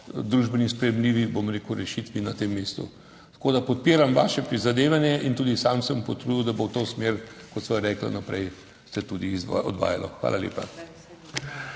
družbeno sprejemljivi rešitvi na tem mestu. Tako da podpiram vaše prizadevanje in tudi sam se bom potrudil, da bo v to smer, kot sva rekla, naprej se tudi odvijalo. Hvala lepa.